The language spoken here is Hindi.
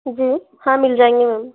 जी हाँ मिल जाएंगे मैम